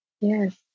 yes